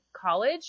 college